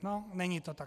No, není to tak.